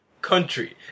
country